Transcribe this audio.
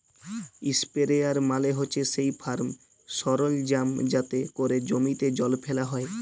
ইসপেরেয়ার মালে হছে সেই ফার্ম সরলজাম যাতে ক্যরে জমিতে জল ফ্যালা হ্যয়